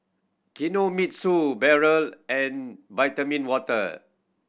Kinomitsu Barrel and Vitamin Water